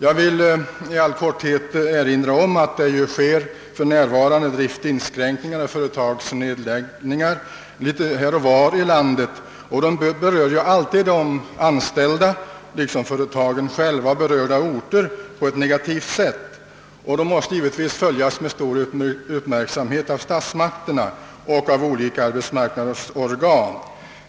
I all korthet vill jag erinra om att det för närvarande göres driftsinskränkningar och företagsnedläggelser litet här och var i landet. De berör alltid de anställda liksom företagen själva och respektive orter på ett negativt sätt. De måste givetvis följas med stor uppmärksamhet av statsmakterna och av olika arbetsmarknadsorgan.